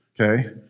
Okay